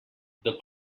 the